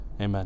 Amen